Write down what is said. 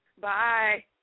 Bye